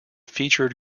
featured